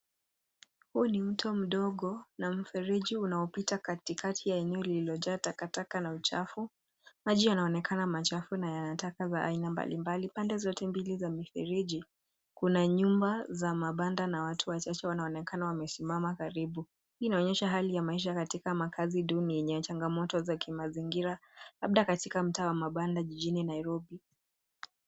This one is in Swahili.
Huu ni mto mdogo na mfereji unaopita katikati ya eneo lililojaa takataka na uchafu. Maji yanaonekana machafu na yana taka za aina mbalimbali. Pande zote mbili za mifereji, kuna nyumba za mabanda na watu wachache wanaonekana wamesimama karibu. Hii inaonyesha hali ya maisha katika makazi duni yenye changamoto za kimazingira labda katika mtaa wa mabanda jijini Nairobi.